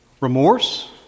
remorse